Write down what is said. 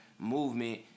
Movement